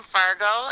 Fargo